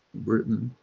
britain,